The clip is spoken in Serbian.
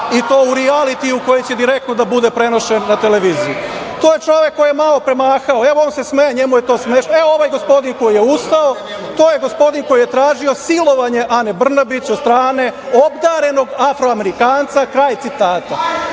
i to u rijalitiju koji će direktno da bude prenošen na televiziji". To je čovek koji je malo pre mahao, evo, on se smeje, njemu je to smešno, evo ovaj gospodin koji je ustao, to je gospodin koji je tražio silovanje Ane Brnabić od strane "obdarenog Afro-amerikanca", kraj citata.